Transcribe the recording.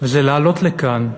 וזה לעלות לכאן,